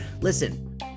Listen